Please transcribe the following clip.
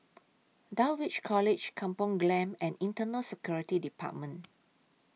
Dulwich College Kampung Glam and Internal Security department